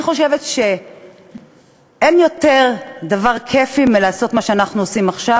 אני חושבת שאין דבר יותר כיפי מלעשות את מה שאנחנו עושים עכשיו,